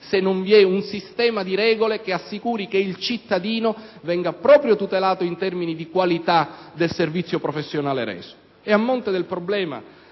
se non vi è una sistema di regole che assicuri che il cittadino venga proprio tutelato in termini di qualità del servizio professionale reso. A monte del tema